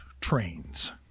trains